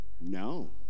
No